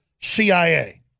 CIA